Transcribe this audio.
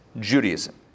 Judaism